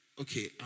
Okay